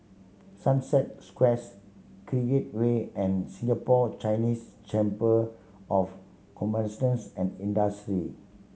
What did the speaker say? Sunset Squares Create Way and Singapore Chinese Chamber of and Industry